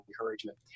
encouragement